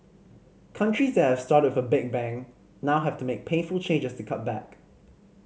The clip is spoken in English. countries that have started with a big bang now have to make painful changes to cut back